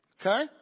Okay